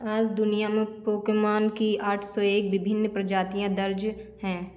आज दुनिया में पोकेमान की आठ सौ एक विभिन्न प्रजातियाँ दर्ज हैं